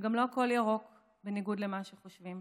וגם לא הכול ירוק, בניגוד למה שחושבים.